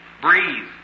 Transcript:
breathe